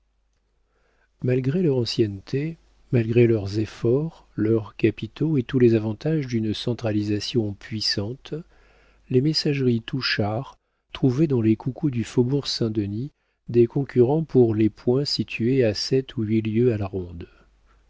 malgré leur ancienneté malgré leurs efforts leurs capitaux et tous les avantages d'une centralisation puissante les messageries touchard trouvaient dans les coucous du faubourg saint-denis des concurrents pour les points situés à sept ou huit lieues à la ronde